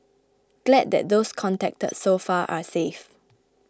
glad that those contacted so far are safe